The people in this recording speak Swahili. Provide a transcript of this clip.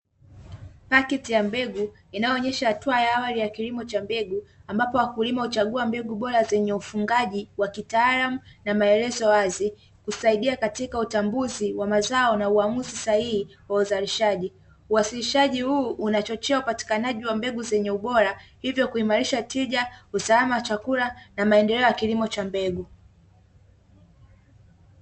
Pakiti ya mbegu inayoonyesha hatua ya awali ya kilimo cha mbegu ambapo wakulima huchagua mbegu bora zenye ufungaji wa kitaalamu na maelezo wazi kusaidia katika utambuzi wa mazao na uamuzi sahihi wa uzalishaji, uwasilishaji huu unachochea upatikanaji wa mbegu zenye ubora hivyo kuimarisha tija usalama chakula na maendeleo ya kilimo cha mbegu.